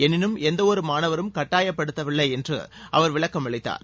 எனினும் எந்தவொரு மாணவரும் கட்டாயப்படுத்தப்படவில்லை என்றும் அவர் விளக்கமளித்தார்